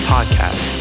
Podcast